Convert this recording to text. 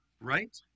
Right